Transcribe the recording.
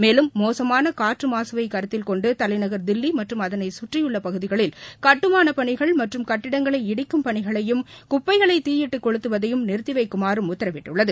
மேலும் மோசமான காற்று மாகவை கருத்தில்கொண்டு தலைநகர் தில்லி மற்றும் அதனை கற்றியுள்ள பகுதிகளில் கட்டுமானப்பணிகள் மற்றும் கட்டிடங்களை இடிக்கும் பணிகளையும் குப்பைகளை தீயிட்டு கொளுத்துவதையும் நிறுத்திவைக்குமாறும் உத்தரவிட்டுள்ளது